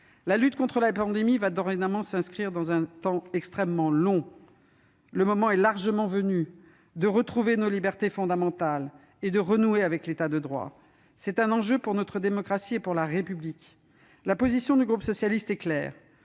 La lutte contre la pandémie va dorénavant s'inscrire dans un temps extrêmement long. Le moment est largement venu de retrouver nos libertés fondamentales et de renouer avec l'État de droit. C'est un enjeu pour notre démocratie et pour la République. La position du groupe socialiste est claire